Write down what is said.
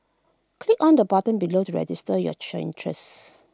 click on the button below to register your interests